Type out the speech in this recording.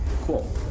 Cool